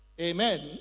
Amen